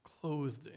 clothed